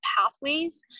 pathways